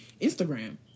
Instagram